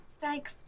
Thank